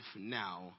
now